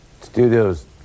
Studio's